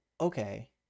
okay